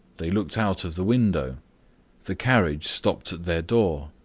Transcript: they looked out of the window the carriage stopped at their door,